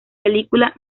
película